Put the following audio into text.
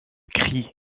cri